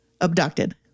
abducted